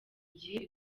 igihe